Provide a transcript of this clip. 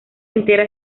entera